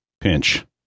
pinch